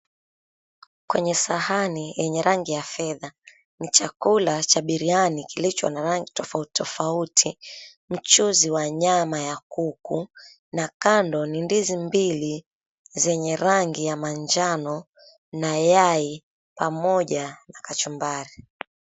Kwenye sahani yenye rangi ya fedha. Ni chakula cha biriani kilicho na rangi tofauti tofauti, mchuzi wa nyama ya kuku, na kando ni ndizi mbili zenye rangi ya manjano na yai pamoja na kachumbari.